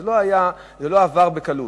זה לא עבר בקלות.